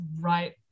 right